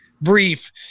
brief